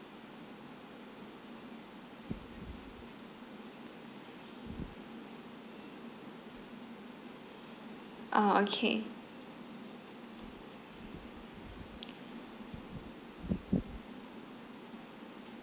orh okay